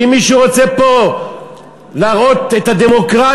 ואם מישהו רוצה פה להראות את הדמוקרטיה,